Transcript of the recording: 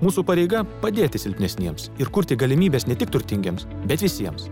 mūsų pareiga padėti silpnesniems ir kurti galimybes ne tik turtingiems bet visiems